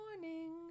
morning